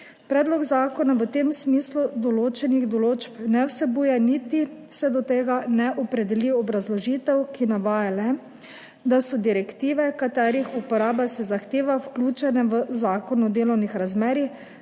Predlog zakona v tem smislu določenih določb ne vsebuje, niti se do tega ne opredeli obrazložitev, ki navaja le, da so direktive, katerih uporaba se zahteva, vključene v Zakon o delovnih razmerjih,